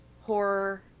horror